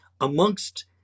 amongst